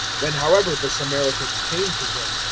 when however the samaritans came to him,